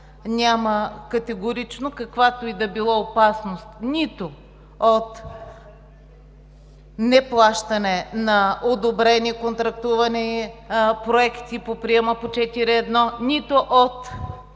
няма категорично каквато и да било опасност нито от неплащане на одобрени, контрактувани проекти по приема по Мярка 4.1, нито от